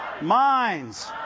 minds